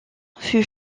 fut